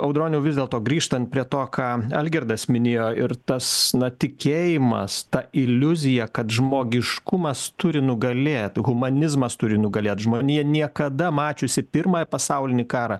audroniau vis dėlto grįžtant prie to ką algirdas minėjo ir tas na tikėjimas ta iliuzija kad žmogiškumas turi nugalėt humanizmas turi nugalėt žmonija niekada mačiusi pirmąjį pasaulinį karą